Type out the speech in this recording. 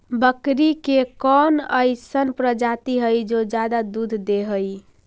बकरी के कौन अइसन प्रजाति हई जो ज्यादा दूध दे हई?